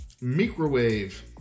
Microwave